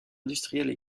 industrielles